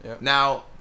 Now